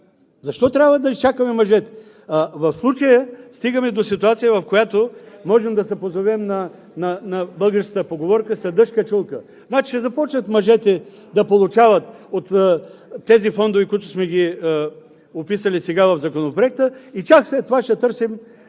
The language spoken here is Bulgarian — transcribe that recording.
Защо трябва да изчакаме мъжете? В случая стигаме до ситуация, в която можем да се позовем на българската поговорка „След дъжд – качулка“. Значи, ще започнат мъжете да получават от тези фондове, които сме ги описали сега в Законопроекта, и чак след това ще търсим